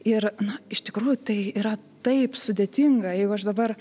ir na iš tikrųjų tai yra taip sudėtinga jeigu aš dabar